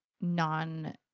non